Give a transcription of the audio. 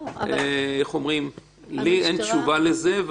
אין לי תשובה לזה,